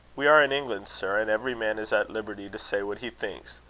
we are in england, sir and every man is at liberty to say what he thinks.